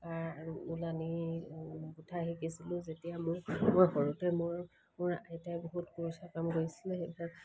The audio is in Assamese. আৰু ঊল আনি গোঁঠা শিকিছিলোঁ যেতিয়া মোৰ মই ঘৰতে মোৰ মোৰ আইতাই বহুত কুৰচা কাম কৰিছিলে সেইবিলাক